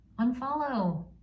unfollow